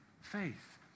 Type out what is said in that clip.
Faith